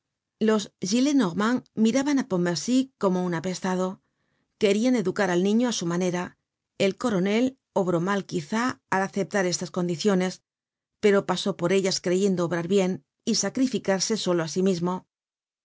los gillenormand miraban ápontmercy como un apestado querian educar al niño á su manera el coronel obró mal quizá al aceptar estas condiciones pero pasó por ellas creyendo obrar bien y sacrificarse solo á sí mismp